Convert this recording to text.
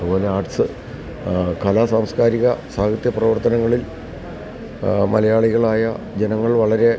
അത്പോലെ ആർട്സ് കലാ സാംസ്കാരിക സാഹിത്യ പ്രവർത്തനങ്ങളിൽ മലയാളികളായ ജനങ്ങൾ വളരെ